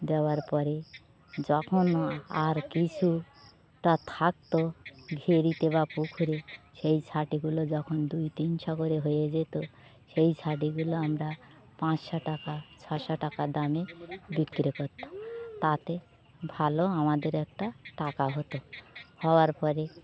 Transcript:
দেওয়ার পরে যখন আর কিছুটা থাকত ভেরিতে বা পুকুরে সেই ছাটিগুলো যখন দুই তিনশো করে হয়ে যেত সেই ছাটিগুলো আমরা পাঁচশো টাকা ছশো টাকার দামে বিক্রি করত তাতে ভালো আমাদের একটা টাকা হতো হওয়ার পরে